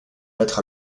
mettre